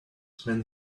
when